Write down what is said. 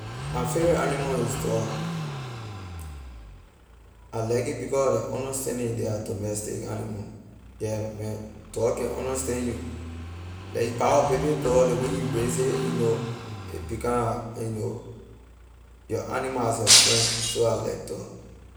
My favorite animal is dog I like it because of their understanding they are domestic animal yeah man dog can understand you like you buy a baby dog ley way you raise it you know it become a you know your animal as a friend so I like dog.